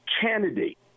candidate